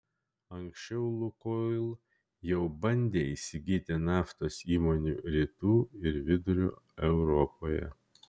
anksčiau lukoil jau bandė įsigyti naftos įmonių rytų ir vidurio europoje